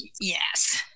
yes